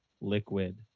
liquid